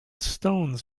stones